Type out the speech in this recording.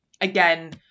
Again